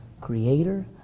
creator